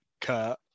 Kurt